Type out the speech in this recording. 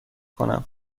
کنم